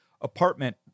apartment